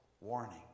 warning